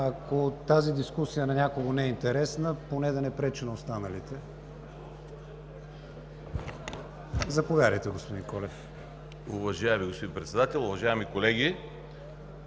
Ако тази дискусия на някого не е интересна, поне да не пречи на останалите? Заповядайте, господин Колев. ГЕОРГИ КОЛЕВ (ОП): Уважаеми господин Председател, уважаеми колеги!